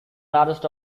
largest